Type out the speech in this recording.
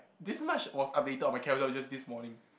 this much was updated on my Carousell just this morning